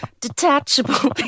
detachable